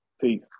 Peace